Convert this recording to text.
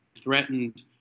threatened